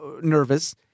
nervous